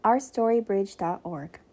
ourstorybridge.org